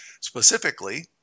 Specifically